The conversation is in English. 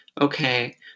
okay